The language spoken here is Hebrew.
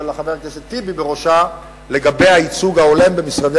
שחבר הכנסת טיבי בראשה, לגבי הייצוג ההולם במשרדי